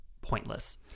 pointless